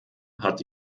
hat